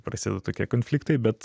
prasideda tokie konfliktai bet